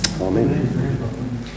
Amen